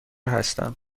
هستم